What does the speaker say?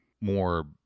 more